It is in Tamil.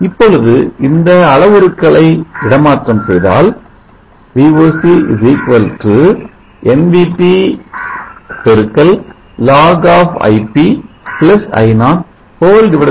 இப்பொழுது இந்த அளவுருக்களை இடமாற்றம் செய்தால் Voc nVT x log I0 I0